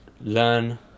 learn